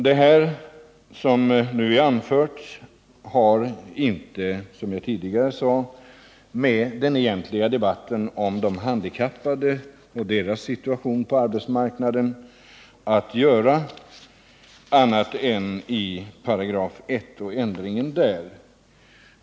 Det jag nu har anfört har inte, som jag tidigare sade, att göra med den egentliga debatten om de handikappade och deras situation på arbetsmarknaden annat än i I § och ändringen av den.